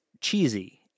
cheesy